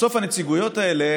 בסוף הנציגויות האלה,